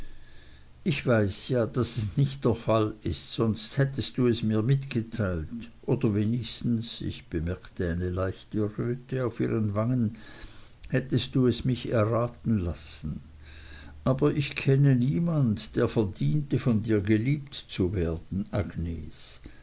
ich weiß ja daß es nicht der fall ist sonst hättest du es mir mitgeteilt oder wenigstens ich bemerkte eine leichte röte auf ihren wangen hättest du es mich erraten lassen aber ich kenne niemand der verdiente von dir geliebt zu werden agnes